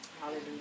Hallelujah